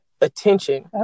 attention